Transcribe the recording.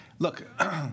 Look